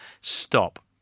stop